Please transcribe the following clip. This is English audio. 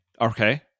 Okay